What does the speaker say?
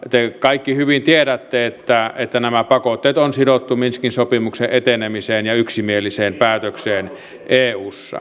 te kaikki hyvin tiedätte että nämä pakotteet on sidottu minskin sopimuksen etenemiseen ja yksimieliseen päätökseen eussa